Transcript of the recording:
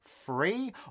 free